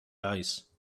ice